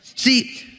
See